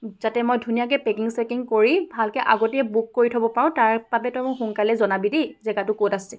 যাতে মই ধুনীয়াকৈ পেকিং চেকিং কৰি ভালকৈ আগতেই বুক কৰি থ'ব পাৰোঁ তাৰ বাবে তই মোক সোনকালে জনাবি দেই জেগাটো ক'ত আছে